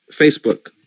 Facebook